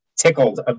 tickled